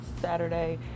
Saturday